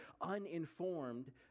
uninformed